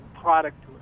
product